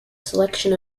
selection